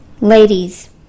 Ladies